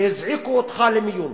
שהזעיקו אותך למיון.